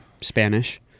Spanish